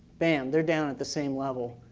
bam, they're down at the same level.